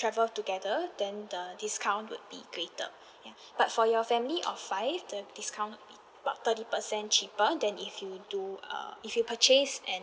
travel together then the discount would be greater ya but for your family of five the discount would be about thirty percent cheaper than if you do uh if you purchased an